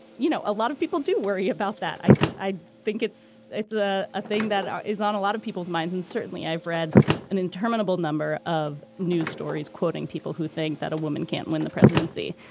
you know, a lot of people do worry about that. i think i think it's it's a a thing that um is on a lot of people's minds. and certainly i've read an interminable number of news stories quoting people who think that a woman can't win the presidency.